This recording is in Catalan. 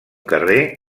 carrer